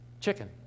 chicken